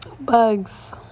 bugs